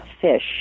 fish